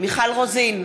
מיכל רוזין,